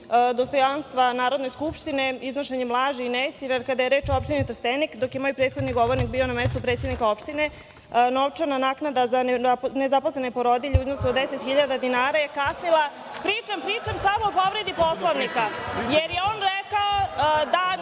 dostojanstva Narodne skupštine, iznošenjem laži i neistina, jer kada je reč o opštini Trstenik, dok je moj prethodni govornik bio na mestu predsednika opštine novčana naknada za nezaposlene porodilje u iznosu od 10.000 dinara je kasnila…(Narodni poslanici opozicije negoduju.)Pričam samo o povredi Poslovnika, jer je on rekao da